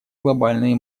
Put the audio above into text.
глобальные